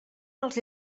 els